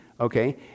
okay